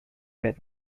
benn